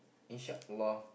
in short uh